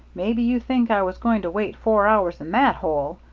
maybe you think i was going to wait four hours in that hole!